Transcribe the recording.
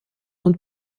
und